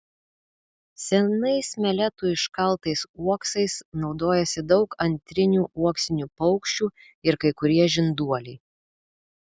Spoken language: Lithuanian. senais meletų iškaltais uoksais naudojasi daug antrinių uoksinių paukščių ir kai kurie žinduoliai